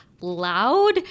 loud